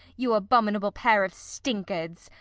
you abominable pair of stinkards,